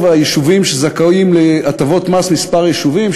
היישובים שזכאים להטבות מס כמה יישובים,